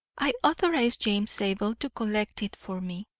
i authorised james zabel to collect it for me.